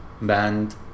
band